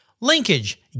Linkage